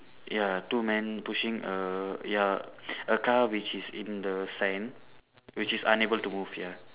ya two man pushing a ya a car which is in the sand which is unable to move ya